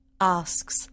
Asks